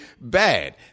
bad